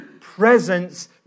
presence